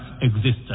existence